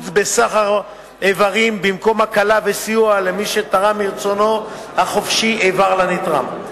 לסחר איברים במקום הקלה וסיוע למי שתרם מרצונו החופשי איבר לנתרם.